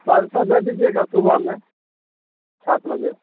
परसों दे दीजिएगा सुबह में सात बजे